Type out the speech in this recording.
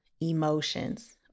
emotions